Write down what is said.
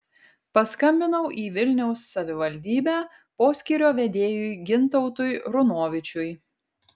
paskambinau į vilniaus savivaldybę poskyrio vedėjui gintautui runovičiui